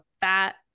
fat